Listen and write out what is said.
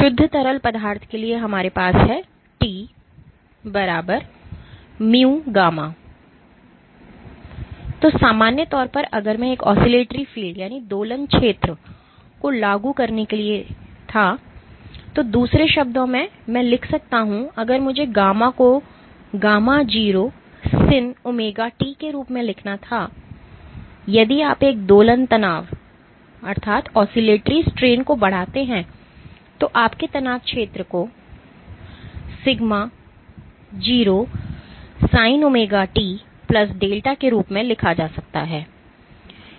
शुद्ध तरल पदार्थ के लिए हमारे पास है T μγ तो सामान्य तौर पर अगर मैं एक oscillatory field दोलन क्षेत्र को लागू करने के लिए था तो दूसरे शब्दों में मैं लिख सकता हूं अगर मुझे γ को γ0Sin ωt के रूप में लिखना था यदि आप एक दोलन तनाव को बढ़ाते हैं तो आपके तनाव क्षेत्र को σ0 Sin ωt Δ के रूप में लिखा जा सकता है